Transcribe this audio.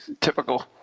Typical